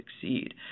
succeed